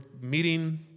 meeting